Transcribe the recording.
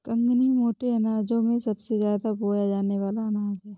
कंगनी मोटे अनाजों में सबसे ज्यादा बोया जाने वाला अनाज है